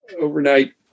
Overnight